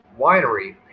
winery